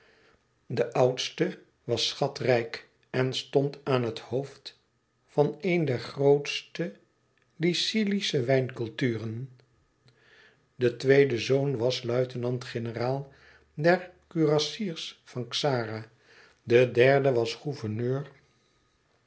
de oudste was schatrijk en stond aan het hoofd van een der grootste lycilische wijnculturen de tweede zoon was luitenant-generaal der kurassiers van xara de derde was gouverneur